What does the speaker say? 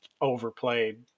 overplayed